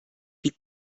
wie